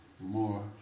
more